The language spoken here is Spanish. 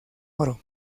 oro